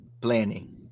planning